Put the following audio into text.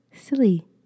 silly